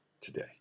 today